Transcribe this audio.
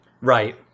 right